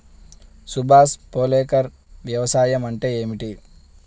సుభాష్ పాలేకర్ వ్యవసాయం అంటే ఏమిటీ?